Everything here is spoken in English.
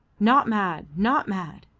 not mad, not mad.